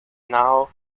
now